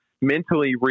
mentally